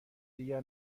دیگر